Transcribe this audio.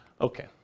Okay